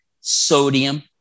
sodium